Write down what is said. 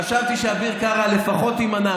חשבתי שאביר קארה לפחות יימנע.